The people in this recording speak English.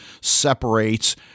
separates